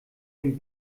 dem